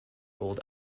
old